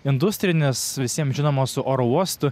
industrinis visiem žinomas su oro uostu